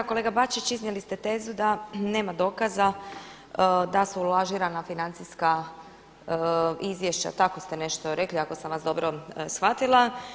Kolega Bačić, iznijeli ste tezu da nema dokaza da su lažirana financijska izvješća, tako ste nešto rekli ako sam vas dobro shvatila.